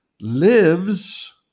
lives